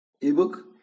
ebook